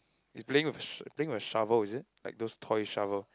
he's playing with a sh~ I think a shovel is it like those toy shovel